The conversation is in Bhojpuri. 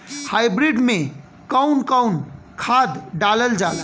हाईब्रिड में कउन कउन खाद डालल जाला?